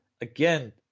Again